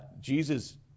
Jesus